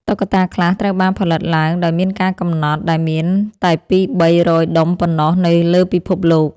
តុក្កតាខ្លះត្រូវបានផលិតឡើងដោយមានការកំណត់ ដែលមានតែពីរបីរយដុំប៉ុណ្ណោះនៅលើពិភពលោក។